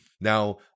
Now